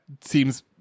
seems